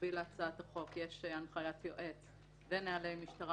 במקביל להצעת החוק יש הנחיית יועץ ונהלי משטרה